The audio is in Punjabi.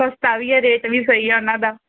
ਸਸਤਾ ਵੀ ਹੈ ਰੇਟ ਵੀ ਸਹੀ ਹੈ ਉਹਨਾਂ ਦਾ